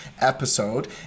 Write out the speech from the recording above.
episode